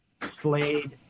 Slade